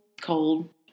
cold